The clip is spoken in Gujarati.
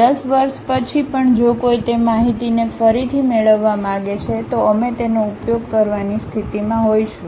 10 વર્ષ પછી પણ જો કોઈ તે માહિતીને ફરીથી મેળવવા માંગે છે તો અમે તેનો ઉપયોગ કરવાની સ્થિતિમાં હોઈશું